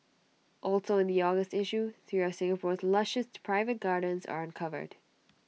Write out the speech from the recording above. also in the August issue three of Singapore's lushest private gardens are uncovered